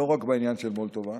לא רק בעניין של מולדובה,